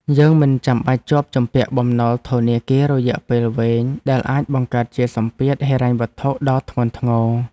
យើងមិនចាំបាច់ជាប់ជំពាក់បំណុលធនាគាររយៈពេលវែង ដែលអាចបង្កើតជាសម្ពាធហិរញ្ញវត្ថុដ៏ធ្ងន់ធ្ងរ។